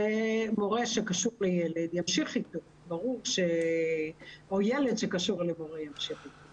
שמורה שקשור לילד ימשיך אתו או ילד שקשור למורה ימשיך אתו.